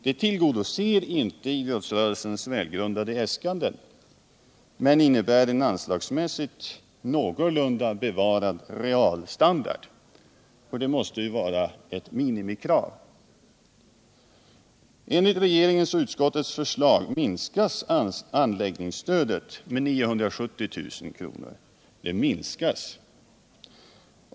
Det tillgodoser inte idrottsrörelsens välgrundade äskanden men innebär en anslagsmässigt någorlunda bevarad realstandard, vilket måste vara ett minimikrav. Enligt regeringens och utskottets förslag minskas anläggningsstödet med 970 000 kr.